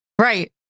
Right